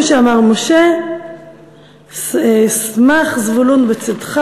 הוא שאמר משה 'שמח זבולֻן בצאתך